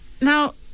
now